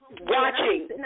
watching